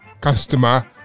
customer